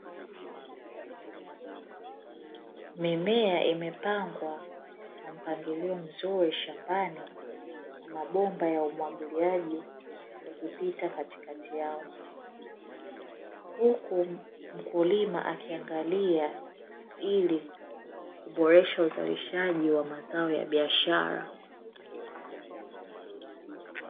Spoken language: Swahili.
Mimea imepangwa kwa mpangilio mzuri shambani na mabomba ya umwagiliaji yakipita katikati yao, huku mkulima akiangalia ili kuboresha uzalishaji wa mazao ya biashara.